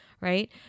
right